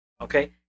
okay